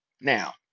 Now